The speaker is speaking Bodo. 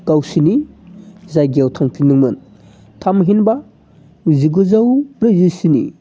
गावसोरनि जायगायाव थांफिनदोंमोन थामहिनबा जिगुजौ ब्रैजिस्नि